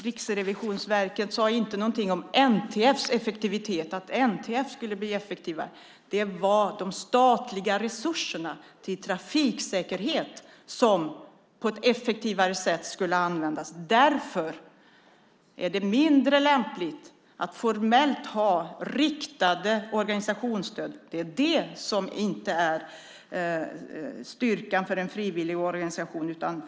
Riksrevisionsverket sade inte någonting om NTF:s effektivitet och att NTF skulle bli effektivare. Det var de statliga resurserna till trafiksäkerhet som skulle användas på ett effektivare sätt. Därför är det mindre lämpligt att formellt ha riktade organisationsstöd. Det är inte en styrka för en frivilligorganisation.